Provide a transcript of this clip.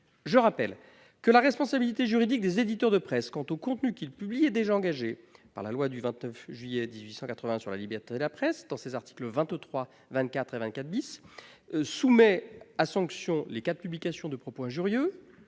Je rappelle que la responsabilité juridique des éditeurs de presse quant aux contenus qu'ils publient est déjà engagée par la loi du 29 juillet 1881, dans ses articles 23, 24 et 24 , qui soumet à sanction les cas de publication de propos injurieux,